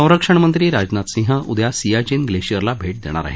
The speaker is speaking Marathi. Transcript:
संरक्षणमंत्री राजनाथ सिंह उदया सियाचिन ग्लेशियरला भेट देणार आहेत